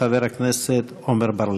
חבר הכנסת עמר בר-לב.